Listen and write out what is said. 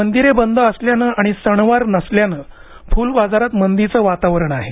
मंदिरे बंद असल्याने आणि सणवार नसल्याने फूल बाजारात मंदीचे वातावरण आहे